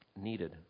needed